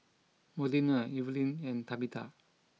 Modena Evelyne and Tabetha